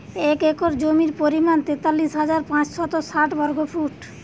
এক একর জমির পরিমাণ তেতাল্লিশ হাজার পাঁচশত ষাট বর্গফুট